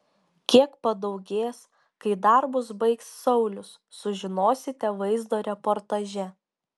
kiek padaugės kai darbus baigs saulius sužinosite vaizdo reportaže